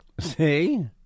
See